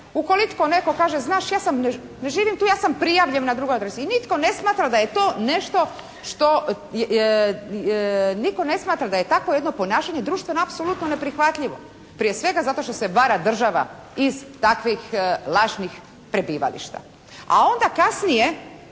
Ukoliko netko kaže, znaš ja sam, ne živim tu, ja sam prijavljen na drugoj adresi. I nitko ne smatra da je takvo jedno ponašanje društveno apsolutno neprihvatljivo. Prije svega, zato što se vara država iz takvih lažnih prebivališta. A onda kasnije